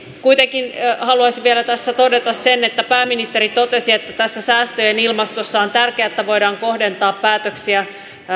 kuitenkin haluaisin vielä tässä todeta sen että pääministeri totesi että tässä säästöjen ilmastossa on tärkeää että voidaan kohdentaa päätöksiä